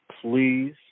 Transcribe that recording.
please